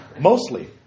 mostly